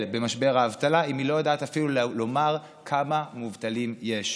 במשבר האבטלה אם היא לא יודעת אפילו לומר כמה מובטלים יש.